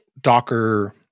Docker